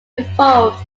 involved